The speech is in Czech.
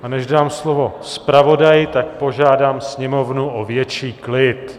A než dám slovo zpravodaji, tak požádám sněmovnu o větší klid.